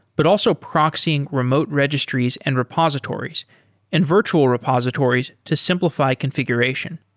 but also proxying remote registries and repositories and virtual repositories to simplify configuration.